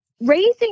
Raising